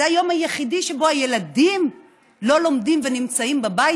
זה היום היחיד שבו הילדים לא לומדים ונמצאים בבית